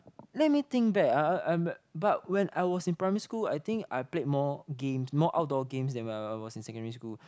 let me think back ah I'm but when I was in primary school I think I played more games more outdoor games than when I was in secondary school